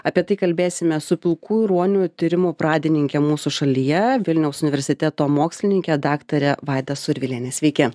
apie tai kalbėsime su pilkųjų ruonių tyrimų pradininke mūsų šalyje vilniaus universiteto mokslininke daktare vaida surviliene sveiki